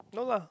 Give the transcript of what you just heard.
no lah